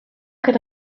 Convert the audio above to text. can